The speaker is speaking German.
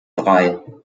drei